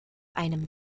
einem